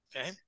Okay